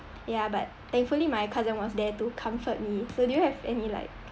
ya but thankfully my cousin was there to comfort me so do you have any like